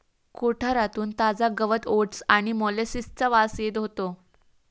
कोठारातून ताजा गवत ओट्स आणि मोलॅसिसचा वास येत होतो